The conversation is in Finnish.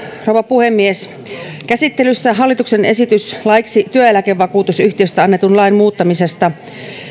rouva puhemies käsittelyssä on hallituksen esitys laiksi työeläkevakuutusyhtiöistä annetun lain muuttamisesta